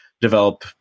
develop